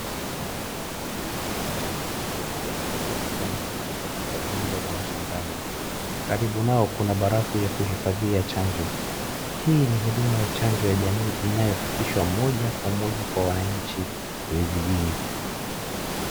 Mhudumu wa afya anamchanja mwanamke aliyeketi kwenye kiti katika eneo la mashambani. Karibu nao kuna barafu ya kuhifadhia chanjo. Hii ni huduma ya chanjo ya jamii inayofikishwa moja kwa moja kwa wananchi vijijini.